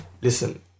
listen